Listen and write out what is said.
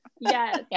Yes